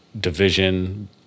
division